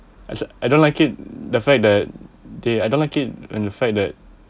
I don't like it the fact that they I don't like it and the fact that